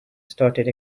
started